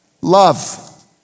Love